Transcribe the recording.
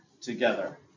together